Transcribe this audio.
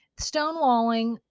stonewalling